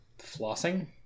Flossing